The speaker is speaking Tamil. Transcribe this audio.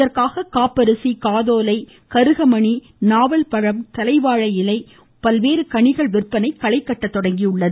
இதற்காக காப்பரிசி காதோலை கருகமணி நாவல்பழம் தலைவாழை இலை பல்வேறு கனிகள் விற்பனை களை கட்ட தொடங்கியுள்ளது